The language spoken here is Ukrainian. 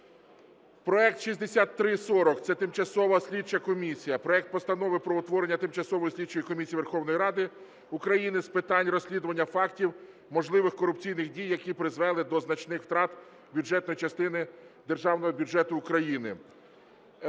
проект 6340 – це тимчасова слідча комісія, проект Постанови про утворення Тимчасової слідчої комісії Верховної Ради України з питань розслідування фактів можливих корупційних дій, які призвели до значних втрат бюджетної частини Державного бюджету України.